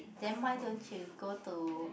then why don't you go to